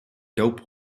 dope